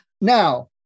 now